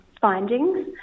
findings